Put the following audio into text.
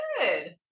good